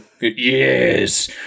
Yes